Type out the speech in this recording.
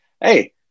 Hey